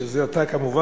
שזה אתה כמובן,